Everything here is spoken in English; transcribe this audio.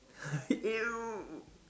!eww!